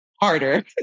harder